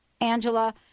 Angela